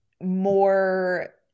more